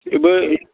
बेबो